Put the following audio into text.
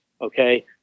Okay